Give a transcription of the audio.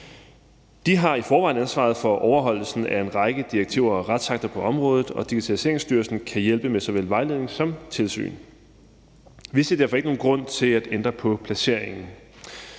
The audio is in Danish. De har i forvejen ansvaret for overholdelsen af en række direktiver og retsakter på området, og Digitaliseringsstyrelsen kan hjælpe med såvel vejledning som tilsyn. Vi ser derfor ikke nogen grund til at ændre på placeringen.